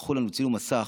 שלחו לנו צילום מסך,